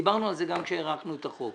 דיברנו על כך גם עת הארכנו את החוק.